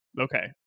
Okay